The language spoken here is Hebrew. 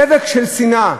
דבק של שנאה,